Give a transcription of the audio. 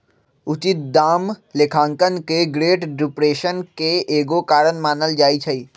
उचित दाम लेखांकन के ग्रेट डिप्रेशन के एगो कारण मानल जाइ छइ